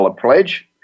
pledge